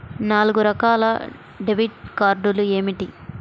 నాలుగు రకాల డెబిట్ కార్డులు ఏమిటి?